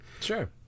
Sure